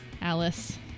Alice